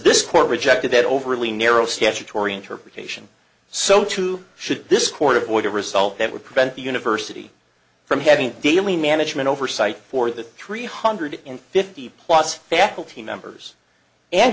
this court rejected that overly narrow statutory interpretation so too should this court avoid a result that would prevent the university from having daily management oversight for the three hundred and fifty plus faculty members and